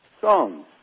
songs